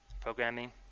programming